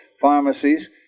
pharmacies